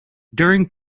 during